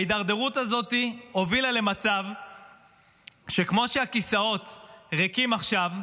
ההידרדרות הזאת הובילה למצב שבו כמו שהכיסאות ריקים עכשיו,